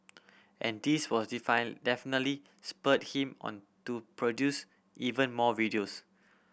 and this was define definitely spurred him on to produce even more videos